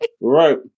Right